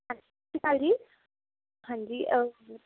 ਸੱਸਰੀਕਾਲ ਜੀ ਹਾਂਜੀ